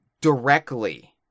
directly